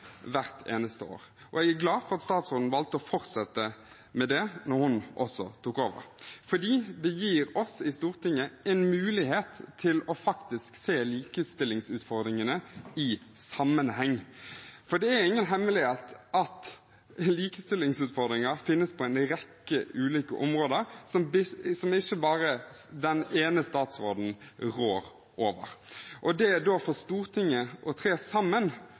hvert eneste år, og jeg er glad for at statsråden valgte å fortsette med det da hun tok over. Det gir oss i Stortinget en mulighet til faktisk å se likestillingsutfordringene i sammenheng. Det er ingen hemmelighet at likestillingsutfordringer finnes på en rekke ulike områder som ikke bare den ene statsråden rår over. For Stortinget da å tre sammen og stille klare forventninger på tvers av statsråders ulike ansvarsområder, mener jeg er